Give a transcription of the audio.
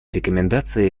рекомендации